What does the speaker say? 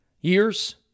years